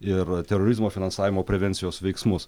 ir terorizmo finansavimo prevencijos veiksmus